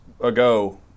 ago